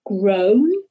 grown